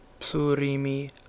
Plurimi